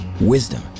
Wisdom